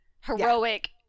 heroic